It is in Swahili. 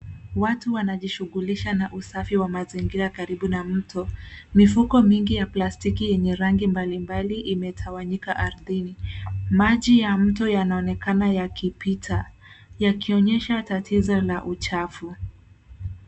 Watu wanajishughulisha na usafi wa mazingira karibu na mto. Mifuko mingi ya plastiki yenye rangi mbalimbali imetawanyika ardhini. Maji ya mto yanaonekana yakipita yakionyesha tatizo la uchafu.